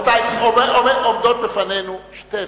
רבותי, עומדות בפנינו שתי אפשרויות: